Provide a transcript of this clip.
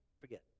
forget